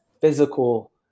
physical